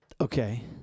Okay